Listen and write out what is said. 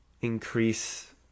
increase